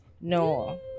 no